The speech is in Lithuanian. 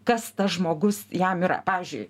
kas tas žmogus jam yra pavyzdžiui